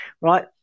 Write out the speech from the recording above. right